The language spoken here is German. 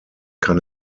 kann